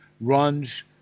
runs